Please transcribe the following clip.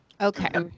Okay